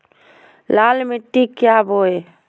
लाल मिट्टी क्या बोए?